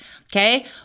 okay